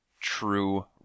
true